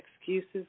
excuses